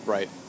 Right